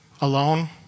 alone